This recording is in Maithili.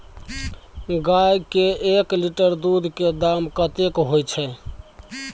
गाय के एक लीटर दूध के दाम कतेक होय छै?